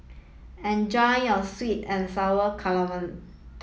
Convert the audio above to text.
enjoy your Sweet and Sour Calamari